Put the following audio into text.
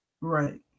right